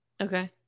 Okay